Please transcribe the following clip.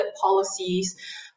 policies